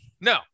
no